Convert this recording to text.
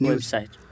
Website